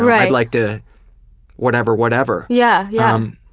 i'd like to whatever whatever. yeah yeah um